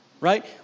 Right